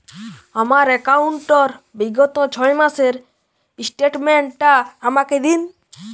আমার অ্যাকাউন্ট র বিগত ছয় মাসের স্টেটমেন্ট টা আমাকে দিন?